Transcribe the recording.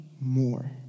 more